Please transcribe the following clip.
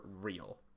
real